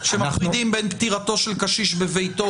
שמפרידים בין פטירתו של קשיש בביתו